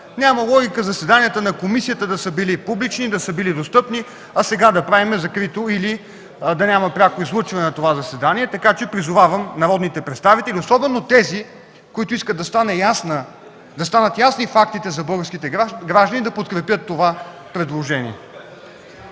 Няма логика заседанията на комисията да са били публични, да са били достъпни, а сега да няма пряко излъчване на това заседание. Така че призовавам народните представители, особено тези, които искат да станат ясни фактите за българските граждани, да подкрепят това предложение.